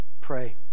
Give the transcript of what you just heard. Pray